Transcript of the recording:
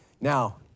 Now